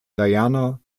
diana